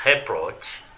approach